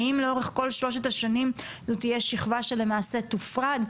האם לאורך כל שלושת השנים זו תהיה שכבה שלמעשה תופרד?